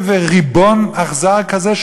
וריבון אכזר כזה,